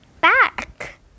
Back